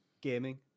gaming